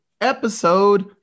episode